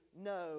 no